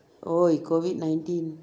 !oi! COVID nineteen